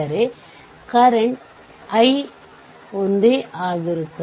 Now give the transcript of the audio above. ಆದ್ದರಿಂದ ಇದು 10 3 ಆಂಪಿಯರ್ ಆಗಿರುತ್ತದೆ